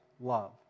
love